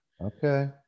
Okay